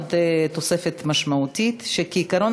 עוד תוספת משמעותית: כעיקרון,